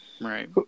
Right